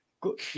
good